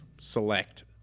select